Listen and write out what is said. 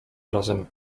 razem